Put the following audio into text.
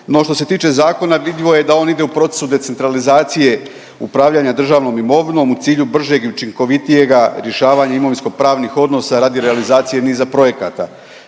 No što se tiče zakona vidljivo je da on ide u procesu decentralizacije upravljanja državnom imovinom u cilju bržeg i učinkovitijega rješavanja imovinskopravnih odnosa radi realizacije niza projekata.